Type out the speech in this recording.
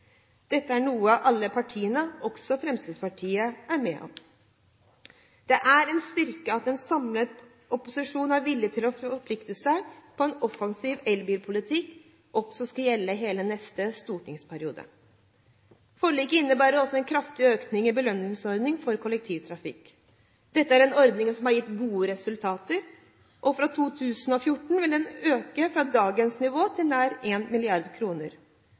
Dette er noe alle partiene, også Fremskrittspartiet, er enige om. Det er en styrke at en samlet opposisjon er villig til å forplikte seg på en offensiv elbilpolitikk som skal gjelde hele neste stortingsperiode. Forliket innebærer også en kraftig økning i belønningsordningen for kollektivtrafikken. Dette er en ordning som har gitt gode resultater, og fra 2014 vil den økes fra dagens nivå til nær